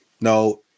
no